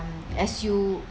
as you